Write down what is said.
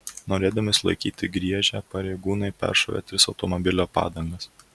norėdami sulaikyti griežę pareigūnai peršovė tris automobilio padangas